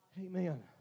amen